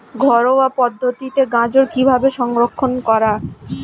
ঘরোয়া পদ্ধতিতে গাজর কিভাবে সংরক্ষণ করা?